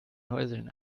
hörsälen